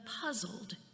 puzzled